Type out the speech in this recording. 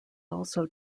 also